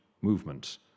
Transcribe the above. movement